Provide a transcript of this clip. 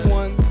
one